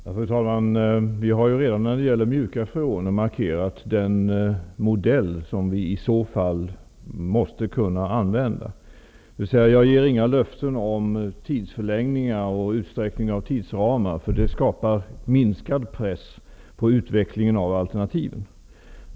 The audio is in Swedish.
Fru talman! Vi har redan när det gäller mjuka freoner markerat den modell som vi i så fall måste kunna använda. Jag ger alltså inga löften om utsträckning av tidsramarna, för det skapar minskad press på utvecklingen av alternativen.